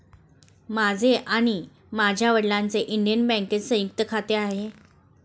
माझे आणि माझ्या वडिलांचे इंडियन बँकेत संयुक्त खाते आहे